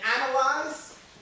analyze